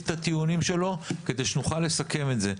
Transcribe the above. את הטיעונים שלו כדי שנוכל לסכם את זה.